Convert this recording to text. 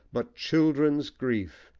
but children's grief,